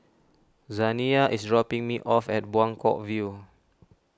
Zaniyah is dropping me off at Buangkok View